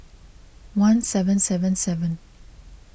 one seven seven seven